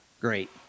Great